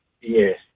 Yes